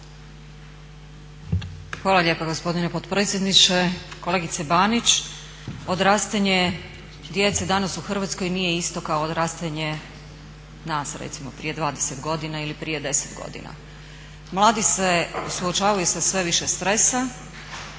Hvala lijepa gospodine potpredsjedniče. Kolegice Banić, odrastanje djece danas u Hrvatskoj nije isto kao odrastanje nas recimo prije 20 godina ili prije 10 godina. Mladi se suočavaju sa sve više stresa,